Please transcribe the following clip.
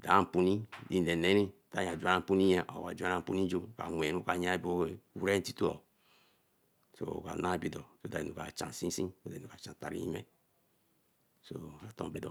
dan puni aneri ajuan yen puri yen aowe juan puni yo wenru na ntito eo so okar na bido oka chan seen seen so tari yime so aton bodo